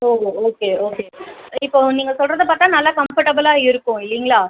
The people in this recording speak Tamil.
ஓ ஓகே ஓகே இப்போ நீங்கள் சொல்கிறத பார்த்தா நல்லா கம்ஃபர்ட்டபிளாக இருக்கும் இல்லேங்களா